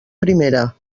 primera